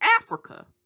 Africa